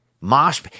Mosh